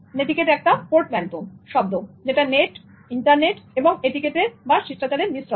netiquette একটা portmanteau শব্দ যেটা নেট ইন্টারনেট এবং এটিকেটের বা শিষ্টাচারের মিশ্রন